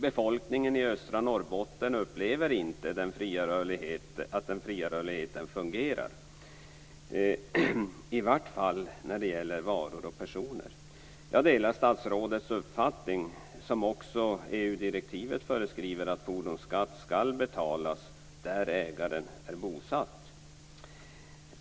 Befolkningen i östra Norrbotten upplever inte att den fria rörligheten fungerar, i vart fall när det gäller varor och personer. Jag delar statsrådets uppfattning - som också EU-direktivet föreskriver - att fordonsskatt skall betalas där ägaren är bosatt.